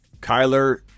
Kyler